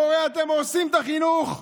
מורה, אתם הורסים את החינוך,